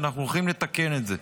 ואנחנו הולכים לתקן את זה,